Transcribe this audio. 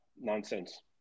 nonsense